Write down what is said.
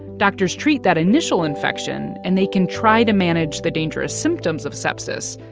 doctors treat that initial infection, and they can try to manage the dangerous symptoms of sepsis,